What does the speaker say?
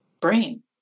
brain